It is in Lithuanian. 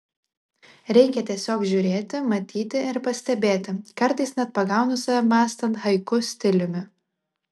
reikia tiesiog žiūrėti matyti ir pastebėti kartais net pagaunu save mąstant haiku stiliumi